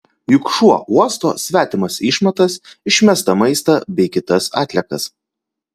juk šuo uosto svetimas išmatas išmestą maistą bei kitas atliekas